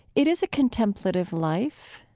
it is a contemplative life,